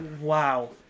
Wow